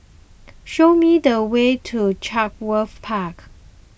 show me the way to Chatsworth Park